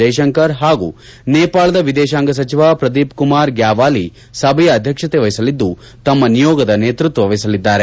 ಜಯಶಂಕರ್ ಹಾಗೂ ನೇಪಾಳದ ವಿದೇಶಾಂಗ ಸಚಿವ ಪ್ರದೀಪ್ ಕುಮಾರ್ ಗ್ಯಾವಾಲಿ ಸಭೆಯ ಅಧ್ಯಕ್ಷತೆ ವಹಿಸಲಿದ್ದು ತಮ್ಮ ನಿಯೋಗದ ನೇತೃತ್ವ ವಹಿಸಲಿದ್ದಾರೆ